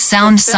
Sound